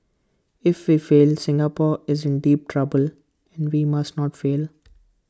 if we fail Singapore is in deep trouble and we must not fail